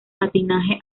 patinaje